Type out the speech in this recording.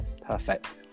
perfect